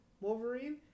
Wolverine